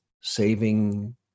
saving